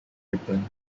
ribbon